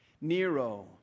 Nero